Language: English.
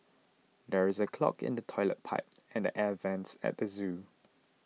there is a clog in the Toilet Pipe and the Air Vents at the zoo